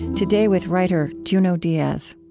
today, with writer junot diaz